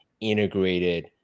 integrated